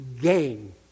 gain